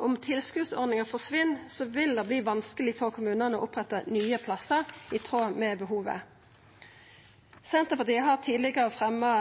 Om tilskotsordninga forsvinn, vil det verta vanskeleg for kommunane å oppretta nye plassar i tråd med behovet. Senterpartiet har tidlegare fremja